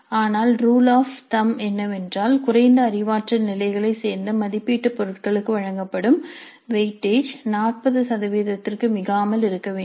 ஆனால் rule of thumb என்னவென்றால் குறைந்த அறிவாற்றல் நிலைகளைச் சேர்ந்த மதிப்பீட்டு பொருட்களுக்கு வழங்கப்படும் வெயிட்டேஜ் 40 சதவீதத்திற்கு மிகாமல் இருக்க வேண்டும்